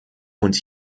und